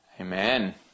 Amen